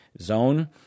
zone